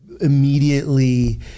immediately